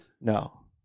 No